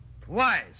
Twice